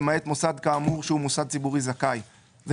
למעט מוסד כאמור שהוא מוסד ציבורי זכאי," זה